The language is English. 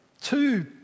two